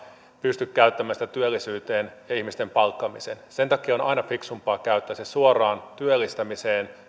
pysty käyttämään niitä työllisyyteen ja ihmisten palkkaamiseen sen takia on on aina fiksumpaa käyttää ne suoraan työllistämiseen